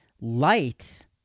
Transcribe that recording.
Light